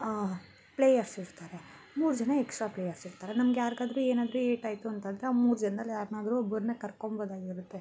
players ಇರ್ತಾರೆ ಮೂರು ಜನ ಎಕ್ಸ್ಟ್ರಾ ಪ್ಲೇಯರ್ಸ್ ಇರ್ತಾರೆ ನಮ್ಗೆ ಯಾರಿಗಾದ್ರು ಏನಾದರೂ ಏಟಾಯಿತು ಅಂತಂತ ಮೂರು ಜನ್ದಲ್ಲಿ ಯಾರನ್ನಾದ್ರೂ ಒಬ್ಬರ್ನ ಕರ್ಕೊಂಬೋದಾಗಿರುತ್ತೆ